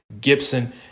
Gibson